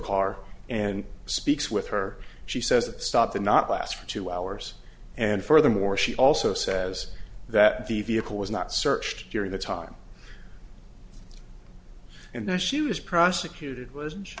car and speaks with her she says stop the not last for two hours and furthermore she also says that the vehicle was not searched during the time and there she was prosecuted